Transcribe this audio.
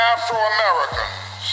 Afro-Americans